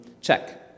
Check